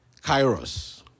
kairos